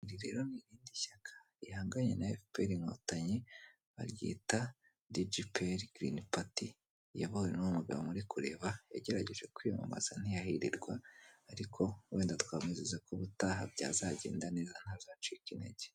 Iri rero n'irindi shyaka rihanganye na efuperi inkotanyi baryita dijipieri girini pati. Riyobowe n'uwo mugabo muri kureba, yagerageje kwiyamamaza ntiyahirirwa ariko wenda twamwizeza ko ubutaha byazagenda neza ntazacike intege.